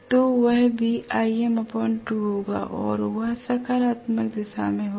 तो वह भी होगा और वह सकारात्मक दिशा में होगा